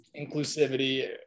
inclusivity